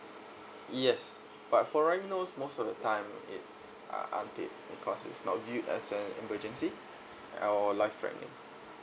yes but for runny nose most of the time it's uh unpaid because it's not viewed as an emergency or life threatening